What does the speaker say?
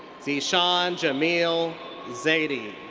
zeeshan jamil zaidi.